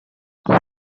das